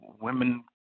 women